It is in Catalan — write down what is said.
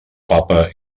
papa